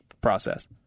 process